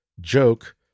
joke